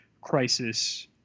crisis